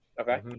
okay